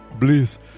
Please